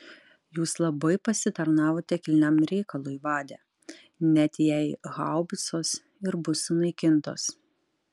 jūs labai pasitarnavote kilniam reikalui vade net jei haubicos ir bus sunaikintos